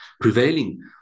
prevailing